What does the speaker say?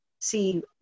see